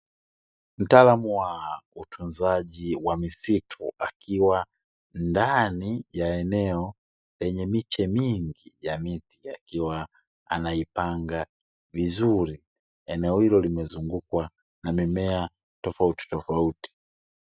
Mtaalamu wa utunzaji wa misitu, akiwa ndani ya eneo lenye miche mingi ya miti akiwa anaipanga vizuri. Eneo hilo limezungukwa na mimea tofautitofauti.